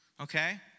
Okay